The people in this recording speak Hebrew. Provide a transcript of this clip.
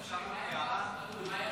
ואטורי,